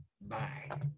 bye